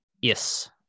Yes